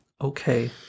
okay